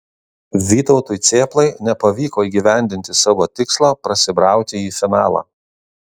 vytautui cėplai nepavyko įgyvendinti savo tikslo prasibrauti į finalą